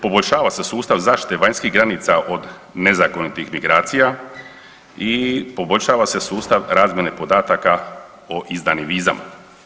Poboljšava se sustav zaštite vanjskih granica od nezakonitih migracija i poboljšava se sustav razmjene podataka o izdanim vizama.